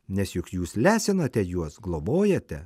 nes juk jūs lesinate juos globojate